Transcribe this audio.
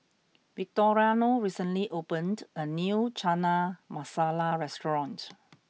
Victoriano recently opened a new Chana Masala restaurant